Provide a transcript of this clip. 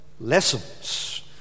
lessons